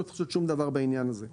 לא צריך לעשות שום דבר בעניין הזה.